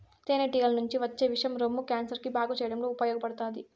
తేనె టీగల నుంచి వచ్చే విషం రొమ్ము క్యాన్సర్ ని బాగు చేయడంలో ఉపయోగపడతాది